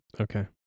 okay